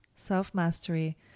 self-mastery